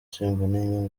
simbona